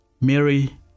Mary